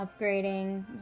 upgrading